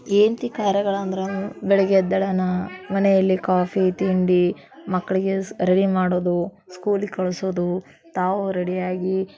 ಏಂತಿ ಕಾರ್ಯಗಳು ಅಂದ್ರೆ ಬೆಳಗ್ಗೆ ಎದ್ದೇಳೋಣ ಮನೆಯಲ್ಲಿ ಕಾಫಿ ತಿಂಡಿ ಮಕ್ಕಳಿಗೆ ಸ್ ರೆಡಿ ಮಾಡೋದು ಸ್ಕೂಲಿಗೆ ಕಳಿಸೋದು ತಾವು ರೆಡಿಯಾಗಿ